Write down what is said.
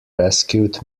rescued